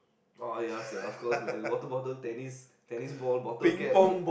oh ya sia of course man water bottle tennis tennis ball bottle cap